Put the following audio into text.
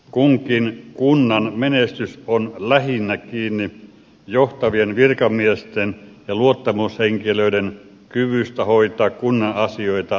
kunkin kunnan menestys on kiinni lähinnä johtavien virkamiesten ja luottamushenkilöiden kyvystä hoitaa kunnan asioita pitkällä aikavälillä